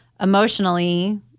emotionally